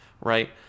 Right